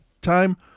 time